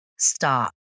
stop